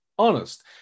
Honest